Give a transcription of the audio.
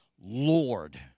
Lord